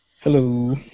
Hello